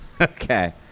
Okay